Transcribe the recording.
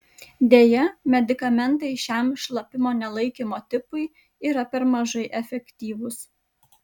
deja medikamentai šiam šlapimo nelaikymo tipui yra per mažai efektyvūs